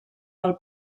del